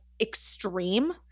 extreme